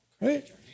right